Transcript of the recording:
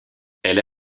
elle